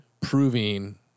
proving